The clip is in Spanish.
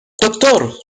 doctor